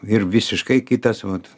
ir visiškai kitas vat